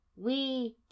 We